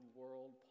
world